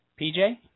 PJ